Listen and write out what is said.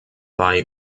bei